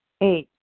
Eight